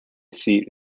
seat